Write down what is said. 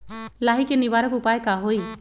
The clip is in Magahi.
लाही के निवारक उपाय का होई?